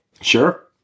Sure